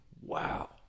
Wow